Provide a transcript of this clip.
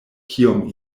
kiom